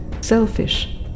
selfish